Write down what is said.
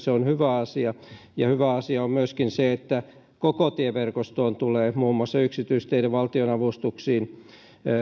ja se on hyvä asia hyvä asia on myöskin se että koko tieverkostoon tulee muun muassa yksityisteiden valtionavustuksiin